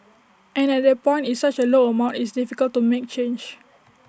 and at that point it's such A low amount it's difficult to make change